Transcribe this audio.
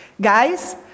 Guys